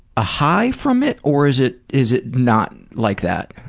a high from it? or is it, is it not like that?